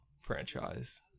franchise